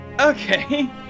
Okay